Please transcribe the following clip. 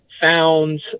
found